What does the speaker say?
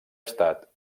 estat